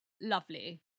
lovely